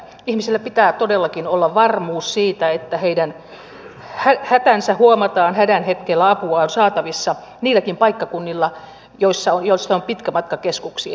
ihmisillä pitää todellakin olla varmuus siitä että heidän hätänsä huomataan hädän hetkellä apua on saatavissa niilläkin paikkakunnilla joilta on pitkä matka keskuksiin